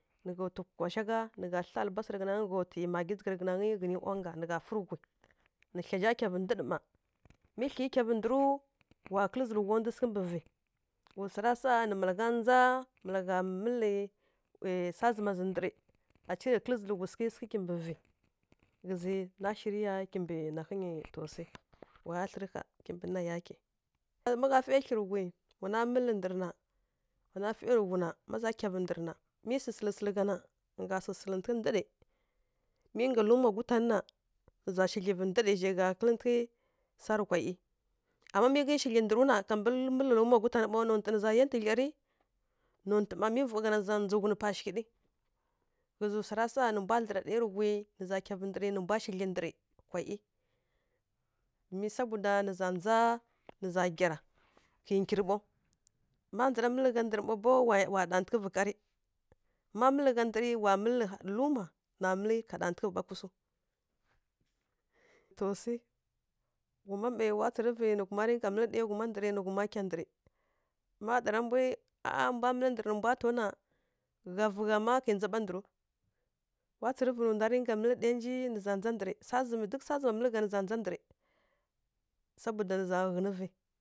Nǝ gha twi kwa shagha nǝ gha thla alabasa rǝ ghǝnangǝ nǝ gha twi maggyi dzǝgha rǝ ghǝnangǝ ghǝnǝ onga nǝ gha fǝrǝ ghui nǝ thlya za kyavǝ ndǝɗǝ ma mi thli kyavǝ ndǝrǝwa wa kǝlǝ zǝlǝghwa ndu sǝghǝ mbǝ vǝ ghǝzǝ swara sa nǝ malagha ndza malagha mǝlǝ swa zǝma zǝ ndǝrǝ aci rǝ kǝlǝ zǝlǝghwa sǝghǝ sǝghǝ kimbǝ vǝ ghǝzǝ na shirǝ ya kimbǝ na hǝnyi to swi wa ya thlǝrǝ ƙha, kimbǝ na yake. Má gha fai thlyi rǝ ghui na, wana mǝlǝ ndǝrǝ na, wa na fai rǝ ghui na, wa kyavǝ ndǝrǝ na, mi sǝsǝl sǝlǝ gha na, nǝ gha sǝlǝntǝghǝ ndǝrǝ mi ngga luma gutan na nǝ gha sǝlǝntǝghǝ ndǝrǝ zhai gha kǝlǝntǝghǝ sarǝ kwa ˈiyi ama mi ghǝi sǝlǝntǝghǝ ndǝreǝw na wai yá ntudlyarǝ nontǝ ma nǝ za ndzǝghunǝ pa shighǝɗǝ ghǝzǝ swara sa nǝ mbwa dlǝra ɗai rǝ ghui nǝ za cidlyivǝ ndǝrǝ sǝlǝntǝghǝ ndǝrǝ kwa ˈiyi do sabunda nǝ za gyara ƙhǝi nggyirǝ ɓaw ma dlara mǝlǝ gha ndǝrǝ wi ɗantǝghǝvǝ, ma mǝlǝ gha ndǝrǝ wa ggyara har nǝ za mǝlǝ luma na mǝlǝ ka ɗantǝghǝvǝ va kusǝw toh sai wa tsǝrǝvǝ ma ghuma mai nǝ ghuma rǝnka mǝlǝ ɗai ghuma ndǝrǝ nǝ za ndza ndǝrǝ má ɗara mbwi a a mbwa mǝlǝ ndǝrǝ nǝ mbwa taw na gha nǝ vǝ gha ma ƙhǝi ndza ɓa ndǝrǝw wa tsǝrǝvǝ nǝ ndwa rǝnka mǝlǝ ɗai nji nǝ za ndza ndǝrǝ sabunda nǝ za ghǝnǝvǝ.